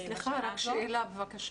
סליחה, רק שאלה בבקשה.